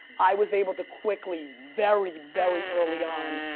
i was able to quickly, very, very early on.